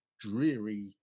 dreary